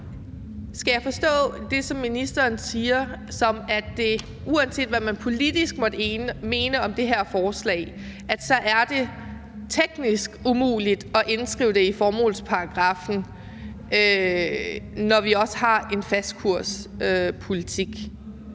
Skal jeg forstå det, som ministeren siger, sådan, at det, uanset hvad man politisk måtte mene om det her forslag, er teknisk umuligt at indskrive det i formålsparagraffen, når vi også har en fastkurspolitik,